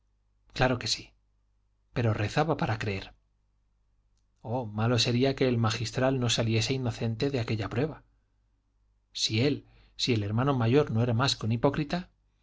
claro que sí pero rezaba para creer oh malo sería que el magistral no saliese inocente de aquella prueba si él si el hermano mayor no era más que un hipócrita